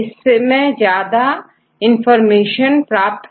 इससे हमें ज्यादा इंफॉर्मेशन प्राप्त होती है